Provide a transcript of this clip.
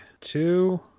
two